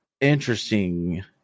interesting